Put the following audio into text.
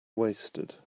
wasted